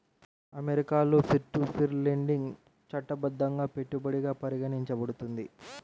అమెరికాలో peer to peer lending చట్టబద్ధంగా పెట్టుబడిగా పరిగణించబడుతుంది